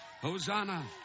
Hosanna